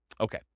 Okay